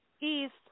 East